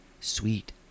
sweet